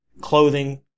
clothing